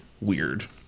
weird